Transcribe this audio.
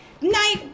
night